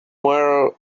whale